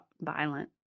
violent